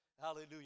Hallelujah